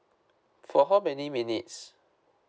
for how many minutes